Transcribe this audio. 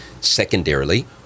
Secondarily